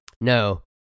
no